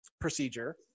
procedure